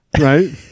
Right